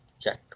Check